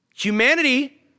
Humanity